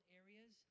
areas